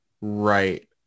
right